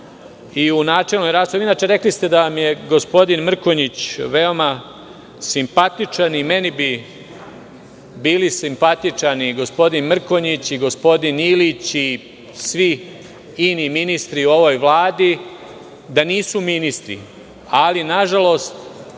i u načelnoj raspravi, rekli ste da vam je gospodin Mrkonjić veoma simpatičan, a i meni bi bili simpatični gospodin Mrkonjić i gospodin Ilić i svi fini ministri u ovoj vladi da nisu ministri. Ali, nažalost,